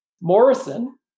Morrison